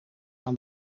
aan